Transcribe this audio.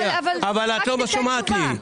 את לא שומעת לי.